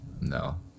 no